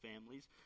families